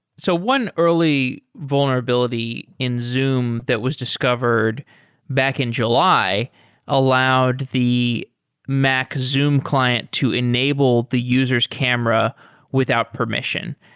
so one early vulnerability in zoom that was discovered back in july allowed the mac zoom client to enable the user s camera without permission.